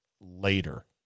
later